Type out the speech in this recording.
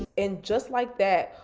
and just like that,